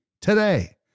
today